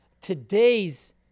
today's